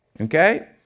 Okay